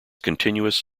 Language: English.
continuous